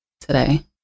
today